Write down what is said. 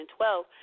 2012